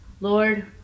lord